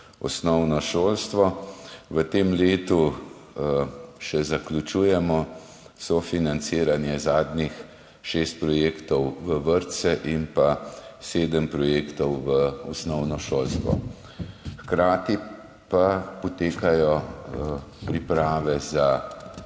osnovno šolstvo. V tem letu še zaključujemo sofinanciranje zadnjih šest projektov v vrtce in pa sedem projektov v osnovno šolstvo. Hkrati pa potekajo priprave za